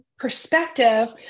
perspective